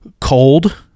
cold